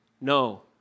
No